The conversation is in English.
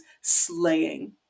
slaying